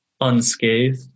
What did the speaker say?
unscathed